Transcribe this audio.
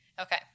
okay